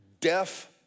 deaf